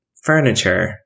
Furniture